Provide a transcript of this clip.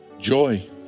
joy